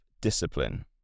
discipline